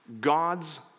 God's